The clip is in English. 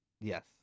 Yes